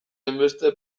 hainbeste